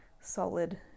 solid